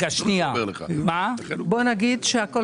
הכול